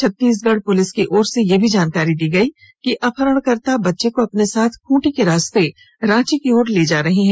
Chhattisgarh police की ओर से यह भी जानकारी दी गयी कि अपहरणकर्ता बच्चे को अपने साथ खूंटी के रास्ते रांची की ओर ले जा रहे हैं